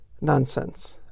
nonsense